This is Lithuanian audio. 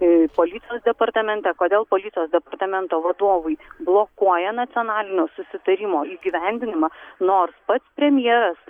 policijos departamente kodėl policijos departamento vadovai blokuoja nacionalinio susitarimo įgyvendinimą nors pats premjeras